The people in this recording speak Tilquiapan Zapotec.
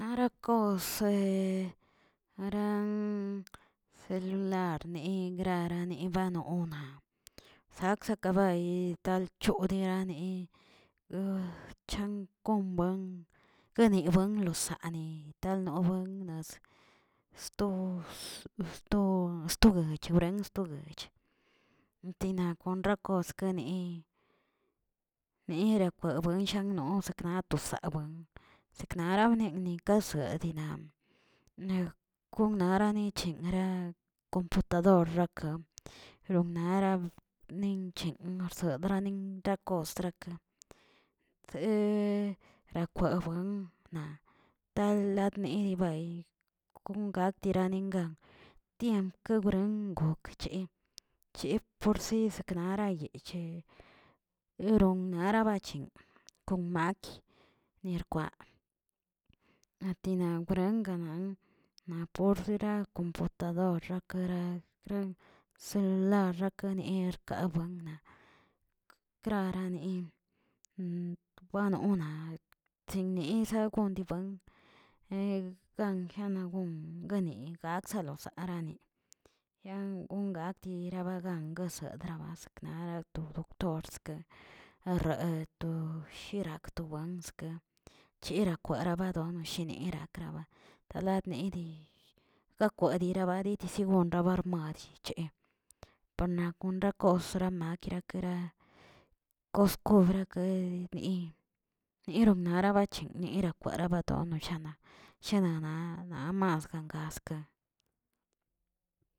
Rakosse ran celularne grarane nebanona, saksakabay talchodirane uchan gonbuen guenibuen losane talnobuen nas stos sto sto guechuren sto guech, tina kon rakoskeni nerakwe buen shangno skanato sabuen, saknara bneni kasoadina neg konnara buechiracomputador raka ronarab nin chen garsod dranin kostraka, trerakwawen na' talne nibay kon gak tirane ngantiemp kkogren kokꞌ che- che porses narayeche eron narabache, kon makə, nierkwa, natina wrengwa na- na por dera potadoraka xa celularxakayirkabuennaꞌ, krarane banona chseniza gon diwen gan genagon gueni gaksalosarani, yan gongati rabagan gosadran seknara to doctorske arree to sherakto wanske, chera kwarabadono sheneiraba nerakraba adneydi gakwadi diribaniti segur gaban rmadicheꞌ, paran konra koksna makri krakara koskobrakeni niron bana mechen yirakwana badono shana shenana gamas gangaskə.